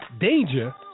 danger